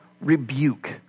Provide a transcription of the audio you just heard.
rebuke